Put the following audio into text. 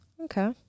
okay